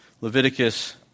Leviticus